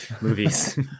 movies